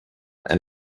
and